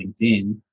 LinkedIn